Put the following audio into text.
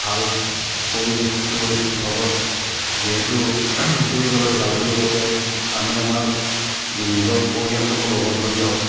ভাল পৰিৱেশটোৰ লগত যিহেতু ফুৰিবলৈ যাওঁ বুলি কওঁতে আমি আমাৰ নিজৰ পৰিয়ালটোকো লগত লৈ যাওঁ